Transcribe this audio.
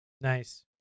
Nice